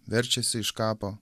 verčiasi iš kapo